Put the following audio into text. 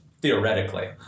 Theoretically